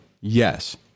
Yes